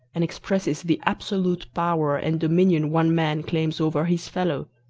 and expresses the absolute power and dominion one man claims over his fellow,